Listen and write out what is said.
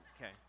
okay